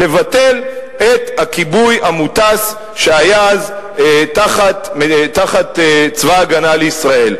לבטל את הכיבוי המוטס שהיה אז תחת צבא-הגנה לישראל.